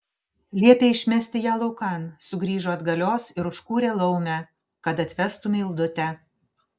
liepė išmesti ją laukan sugrįžo atgalios ir užkūrė laumę kad atvestų mildutę